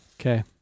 okay